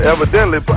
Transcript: Evidently